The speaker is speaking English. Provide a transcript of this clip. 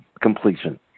completion